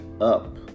up